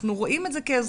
אנחנו רואים את זה כאזרחים.